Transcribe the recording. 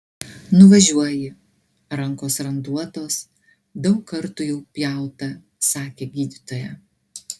nuvažiuoji rankos randuotos daug kartų jau pjauta sakė gydytoja